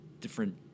Different